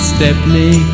Stepney